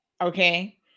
okay